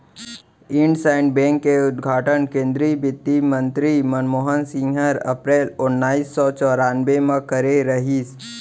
IndusInd Bank के उद्घाटन केन्द्रीय बित्तमंतरी मनमोहन सिंह हर अपरेल ओनाइस सौ चैरानबे म करे रहिस